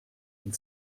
and